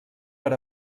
per